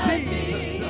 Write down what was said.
Jesus